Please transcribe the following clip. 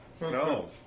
no